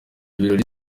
ibirori